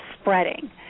spreading